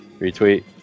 retweet